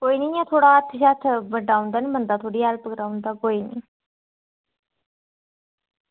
कोई निं इंया हत्थ बटाई ओड़दा नी बंदा हेल्प कराई ओड़दा